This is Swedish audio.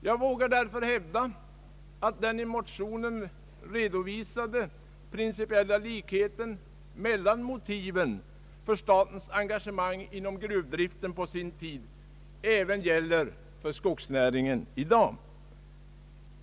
Jag vågar därför hävda, att den i motionen redovisade principiella likheten mellan motiven för statens engagemang inom gruvdriften på sin tid även gäller för skogsnäringen i dag.